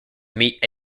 meet